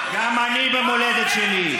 גם אני במולדת שלי.